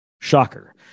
shocker